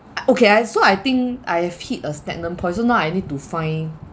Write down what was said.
okay I so I think I have hit a stagnant point so now I need to find